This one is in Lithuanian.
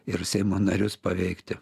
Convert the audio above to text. ir seimo narius paveikti